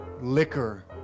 liquor